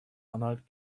anhalt